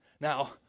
Now